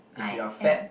I am